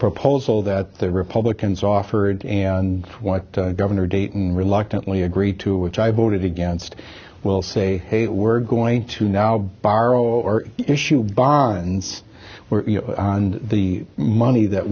proposal that the republicans offered and what governor dayton reluctantly agreed to which i voted against will say hey we're going to now borrow or issue bonds and the money that